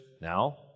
Now